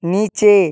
নীচে